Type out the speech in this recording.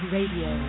Radio